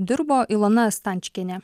dirbo ilona stančikienė